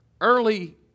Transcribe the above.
early